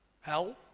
Hell